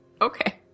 Okay